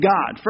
God